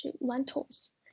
lentils